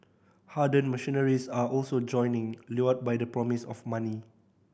hardened mercenaries are also joining lured by the promise of money